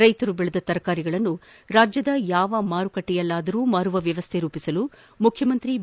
ರೈತರು ಬೆಳೆದ ತರಕಾರಿಗಳನ್ನು ರಾಜ್ಯದ ಯಾವ ಮಾರುಕಟ್ಟೆಯಲ್ಲಾದರೂ ಮಾರುವ ವ್ಯವಸ್ಥೆ ರೂಪಿಸಲು ಮುಖ್ಯಮಂತ್ರಿ ಬಿ